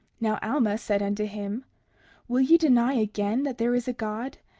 now alma said unto him will ye deny again that there is a god,